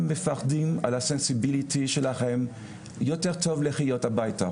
מפחדים על הרגישויות שלכם יותר טוב לחיות בבית,